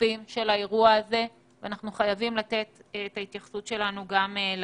שקופים של האירוע הזה ואנחנו חייבים לתת את ההתייחסות להם.